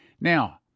Now